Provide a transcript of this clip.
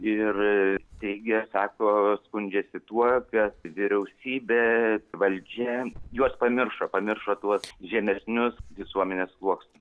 ir teigė sako skundžiasi tuo kad vyriausybė valdžia juos pamiršo pamiršo tuos žemesnius visuomenės sluoksnius